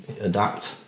adapt